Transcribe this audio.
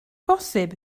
bosib